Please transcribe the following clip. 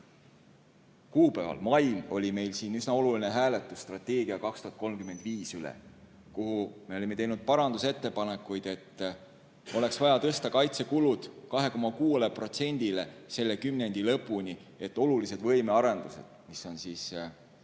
et 12. mail oli meil siin üsna oluline hääletus strateegia 2035 üle, kuhu me olime teinud parandusettepanekuid, et oleks vaja tõsta kaitsekulud 2,6%-le selle kümnendi lõpuni, et olulised võimearendused – need on siis